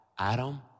Adam